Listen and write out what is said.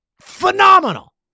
Phenomenal